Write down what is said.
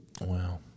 wow